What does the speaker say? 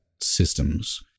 systems